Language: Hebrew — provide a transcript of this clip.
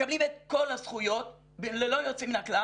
מקבלים את כל הזכויות ללא יוצא מן הכלל